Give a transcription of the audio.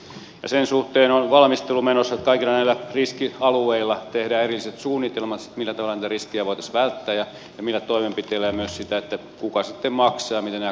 sen suhteen on valmistelu menossa että kaikilla näillä riskialueilla tehdään erilliset suunnitelmat siitä millä tavalla niitä riskejä voitaisiin välttää ja millä toimenpiteillä ja myös siitä kuka sitten maksaa ja miten nämä kustannukset jakaantuvat